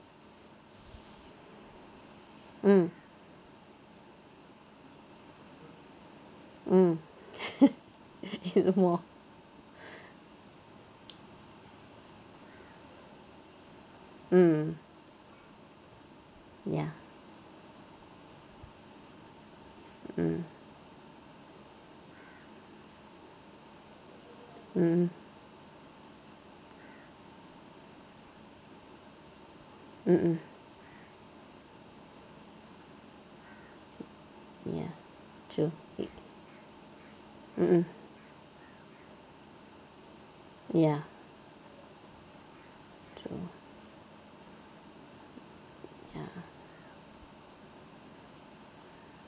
mm mm mm ya mm mm mmhmm ya true mmhmm ya true ya